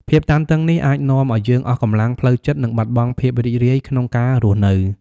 ភាពតានតឹងនេះអាចនាំឱ្យយើងអស់កម្លាំងផ្លូវចិត្ត និងបាត់បង់ភាពរីករាយក្នុងការរស់នៅ។